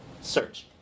search